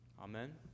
Amen